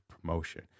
promotion